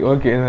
Okay